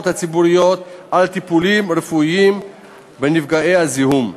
הציבוריות על טיפולים רפואיים בנפגעי הזיהום.